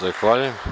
Zahvaljujem.